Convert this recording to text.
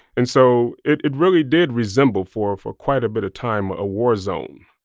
and so it really did resemble, for for quite a bit of time, a war zone